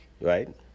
right